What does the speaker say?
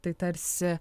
tai tarsi